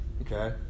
Okay